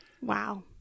Wow